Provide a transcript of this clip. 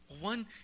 One